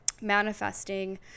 manifesting